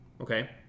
okay